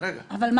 אבל,